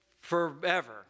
forever